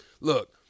look